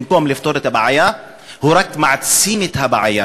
במקום לפתור את הבעיה רק מעצים את הבעיה,